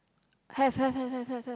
have have have have have have